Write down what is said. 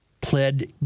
pled